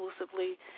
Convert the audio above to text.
exclusively